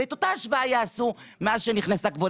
ואת אותה השוואה יעשו מאז שנכנסה כבוד